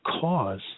cause